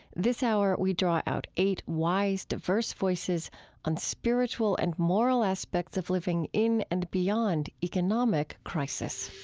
this hour, we draw out eight wise, diverse voices on spiritual and moral aspects of living in and beyond economic crisis